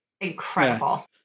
incredible